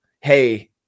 Hey